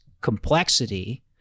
complexity